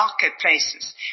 marketplaces